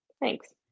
Thanks